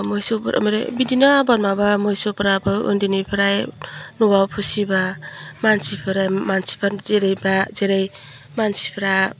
मोसौफोर मोनो बिदिनो आबाद माबा मोसौफ्राबो ओन्दैनिफ्राय न'वाव फिसिबा मानसिफोरा मानसिफ्रा जेरैबा जेरै मानसिफ्रा